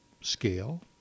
scale